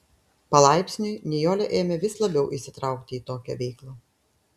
palaipsniui nijolė ėmė vis labiau įsitraukti į tokią veiklą